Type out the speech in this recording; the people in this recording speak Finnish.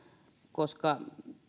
koska